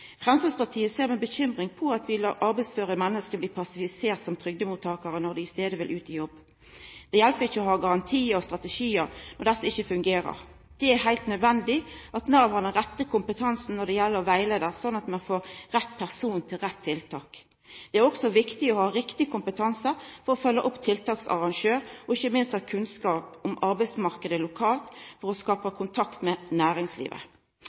Framstegspartiet ser med bekymring på at vi lèt arbeidsføre menneske bli passiviserte som trygdemottakarar, når dei i staden vil ut i jobb. Det hjelper ikkje å ha garantiar og strategiar når desse ikkje fungerer. Det er heilt nødvendig at Nav har den rette kompetansen når det gjeld å rettleia, slik at ein får rett person til rett tiltak. Det er òg viktig å ha riktig kompetanse for å følgja opp tiltaksarrangør, og ikkje minst kunnskap om arbeidsmarknaden lokalt for å skapa kontakt med næringslivet.